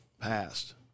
passed